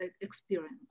experience